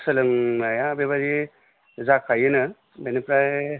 सोलोंनाया बेबायदि जाखायोनो बेनिफ्राय